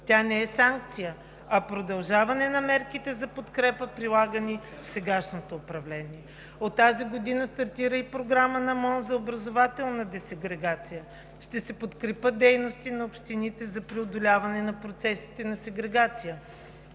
Тя не е санкция, а продължаване на мерките за подкрепа, прилагани в сегашното управление. От тази година стартира и програма на Министерството на образованието и науката за образователна десегрегация. Ще се подкрепят дейности на общините за преодоляване на процесите на сегрегация